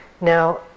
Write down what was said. Now